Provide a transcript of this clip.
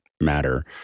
matter